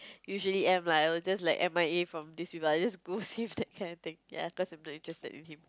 usually am lah I'll just like M_I_A from this people just ghost him that kind of thing ya cause I'm not interested in him